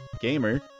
gamer